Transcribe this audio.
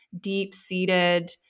deep-seated